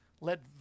let